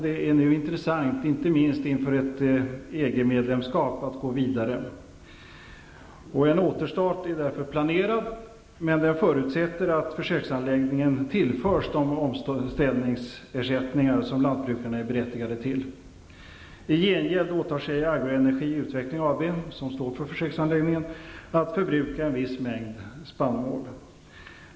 Det är nu intressant, inte minst inför ett EG-medlemskap, att gå vidare. En återstart är därför planerad. Men den förutsätter att försöksanläggningen tillförs de omställningsersättningar som lantbrukarna är berättigade till. I gengäld åtar sig Agroenergi Utveckling AB, som står för försöksanläggningen, att förbruka en viss mängd spannmål.